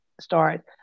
start